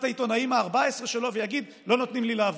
העיתונאים ה-14 שלו ויגיד: לא נותנים לי לעבוד,